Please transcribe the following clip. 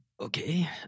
Okay